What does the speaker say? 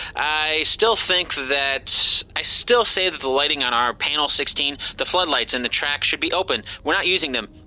i still think that i still say that the lighting on our panel sixteen, the flood lights and the track should be open. we're not using them.